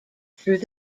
through